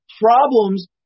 problems